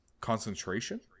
concentration